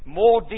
more